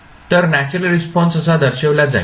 तर natural response असा दर्शविला जाईल